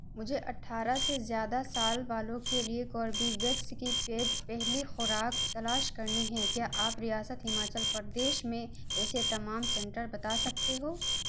مجھے اٹھارہ سے زیادہ سال والوں کے لیے کوربی ویکس کی پیڈ پہلی خوراک تلاش کرنی ہیں کیا آپ ریاست ہماچل پردیش میں ایسے تمام سینٹر بتا سکتے ہو